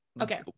Okay